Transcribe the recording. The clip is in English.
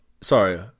Sorry